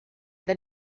the